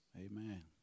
Amen